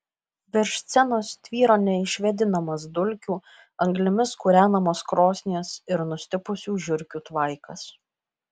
virš scenos tvyro neišvėdinamas dulkių anglimis kūrenamos krosnies ir nustipusių žiurkių tvaikas